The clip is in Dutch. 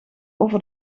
over